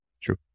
True